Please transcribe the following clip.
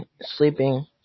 sleeping